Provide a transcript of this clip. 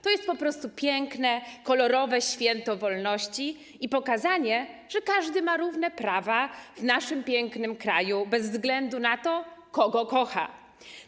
To jest po prostu piękne, kolorowe święto wolności i pokazanie, że każdy ma równe prawa w naszym pięknym kraju bez względu na to, kogo kocha.